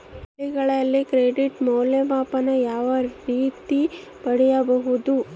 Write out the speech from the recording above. ಹಳ್ಳಿಗಳಲ್ಲಿ ಕ್ರೆಡಿಟ್ ಮೌಲ್ಯಮಾಪನ ಯಾವ ರೇತಿ ಪಡೆಯುವುದು?